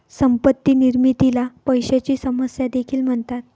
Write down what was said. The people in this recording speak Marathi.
संपत्ती निर्मितीला पैशाची समस्या देखील म्हणतात